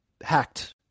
hacked